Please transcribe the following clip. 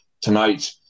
tonight